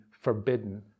forbidden